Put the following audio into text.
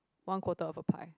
one quarter of a pie